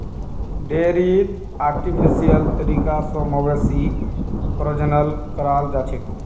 डेयरीत आर्टिफिशियल तरीका स मवेशी प्रजनन कराल जाछेक